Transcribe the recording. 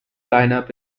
lineup